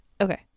okay